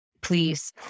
please